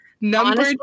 number